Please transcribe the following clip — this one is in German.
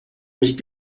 mich